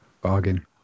Bargain